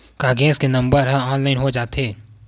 का गैस के नंबर ह ऑनलाइन हो जाथे?